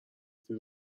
زیر